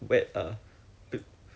oh